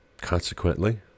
Consequently